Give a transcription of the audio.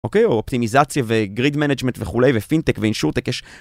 אוקיי, או אופטימיזציה וגריד מנג'מנט וכולי, ופינטק ואינשורטק, יש...